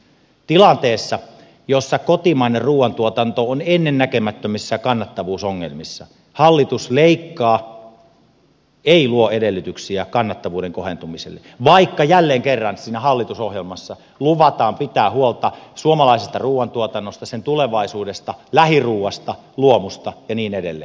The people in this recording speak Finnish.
tilanteessa jossa kotimainen ruuantuotanto on ennennäkemättömissä kannattavuusongelmissa hallitus leikkaa ei luo edellytyksiä kannattavuuden kohentumiselle vaikka jälleen kerran siinä hallitusohjelmassa luvataan pitää huolta suomalaisesta ruuantuotannosta sen tulevaisuudesta lähiruuasta luomusta ja niin edelleen